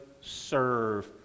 serve